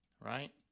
right